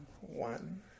One